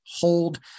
hold